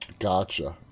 Gotcha